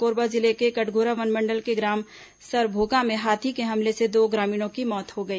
कोरबा जिले के कटघोरा वनमंडल के ग्राम सरभोका में हाथी के हमले से दो ग्रामीणों की मौत हो गई